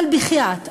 אבל בחייאת,